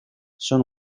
son